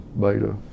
beta